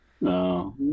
No